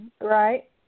Right